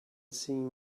seeing